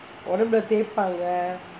ஒடம்புலே தெயிப்பாங்கே:odambulae theipangae